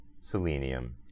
selenium